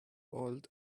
old